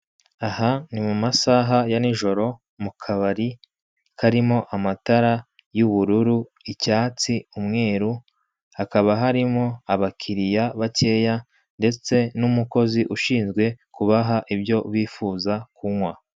Aha ni mu masaha ya nijoro mu kabari harimo amatara y'ubururu, icyatsi, umweru hakaba harimo abakiriya bakeya ndetse n'umukozi ushinzwe kubaha ibyo bifuza kunywa.